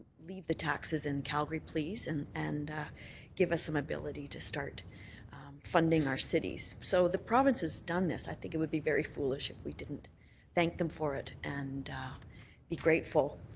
leave the taxes in calgary, please, and and give give us some ability to start funding our cities. so the province has done this. i think it would be very foolish if we didn't thank them for it and be grateful.